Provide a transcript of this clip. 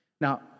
Now